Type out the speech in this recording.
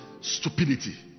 stupidity